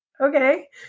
okay